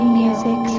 music